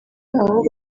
aho